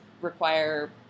require